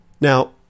Now